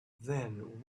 then